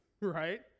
right